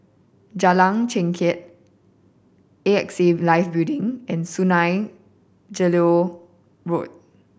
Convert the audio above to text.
Jalan Chengkek A X A Life Building and Sungei Gedong Road